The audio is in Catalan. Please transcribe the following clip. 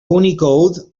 unicode